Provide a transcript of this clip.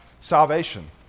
salvation